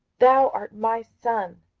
thou art my son,